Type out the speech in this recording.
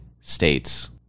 States